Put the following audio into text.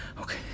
okay